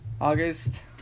August